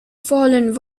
fallen